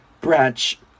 branch